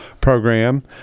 program